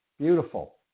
Beautiful